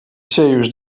serious